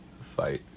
fight